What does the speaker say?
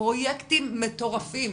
פרויקטים מטורפים,